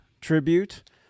tribute